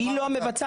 אבל היא לא המבצעת.